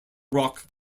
rock